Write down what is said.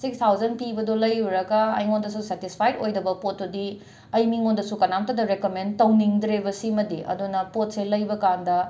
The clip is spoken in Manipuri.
ꯁꯤꯛꯁ ꯊꯥꯎꯖꯟ ꯄꯤꯕꯗꯣ ꯂꯩꯔꯨꯔꯒ ꯑꯩꯉꯣꯟꯗꯁꯨ ꯁꯦꯇꯤꯁꯐꯥꯏꯗ ꯑꯣꯏꯗꯕ ꯄꯣꯠꯇꯨꯗꯤ ꯑꯩ ꯃꯤꯉꯣꯟꯗꯁꯨ ꯀꯅꯥꯝꯇꯗ ꯔꯦꯀꯝꯃꯦꯟ ꯇꯧꯅꯤꯡꯗ꯭ꯔꯦꯕꯁꯤꯃꯗꯤ ꯑꯗꯨꯅ ꯄꯣꯠꯁꯦ ꯂꯩꯕꯀꯩꯟꯗ